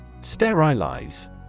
Sterilize